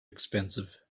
expensive